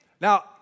Now